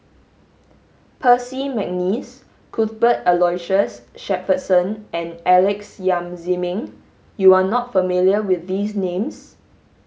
Percy McNeice Cuthbert Aloysius Shepherdson and Alex Yam Ziming you are not familiar with these names